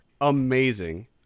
Amazing